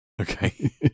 Okay